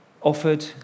offered